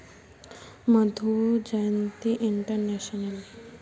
Madhu Jayanti international